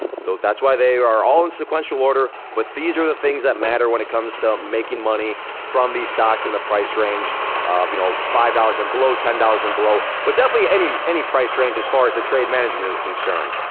so that's why they are all in sequential order, but these are the things that matter when it comes to making money from these stocks in the price range of, you know, five dollars and below, ten dollars and below, but definitely any any price range as far as the trade management is concerned.